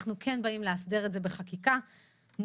אנחנו כן באים לאסדר את זה בחקיקה - נושאים